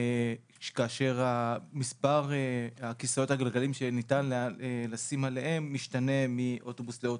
כאשר מספר כיסאות הגלגלים שניתן לשים עליהם משתנה מאוטובוס לאוטובוס.